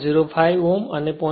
05 અને 0